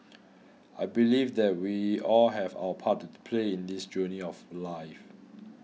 I believe that we all have our part to play in this journey of life